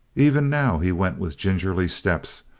even now he went with gingerly steps,